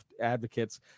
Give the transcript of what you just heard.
advocates